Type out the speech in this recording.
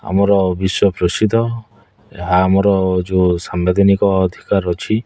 ଆମର ବିଶ୍ୱପ୍ରସିଦ୍ଧ ଏହା ଆମର ଯେଉଁ ସାମ୍ବିଧାନିକ ଅଧୀକାର ଅଛି